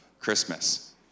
Christmas